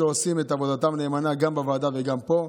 שעושים את עבודתם נאמנה גם בוועדה וגם פה.